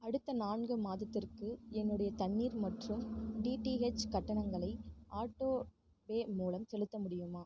அடுத்த நான்கு மாதத்திற்கு என்னுடைய தண்ணீர் மற்றும் டிடிஹெச் கட்டணங்களை ஆட்டோபே மூலம் செலுத்த முடியுமா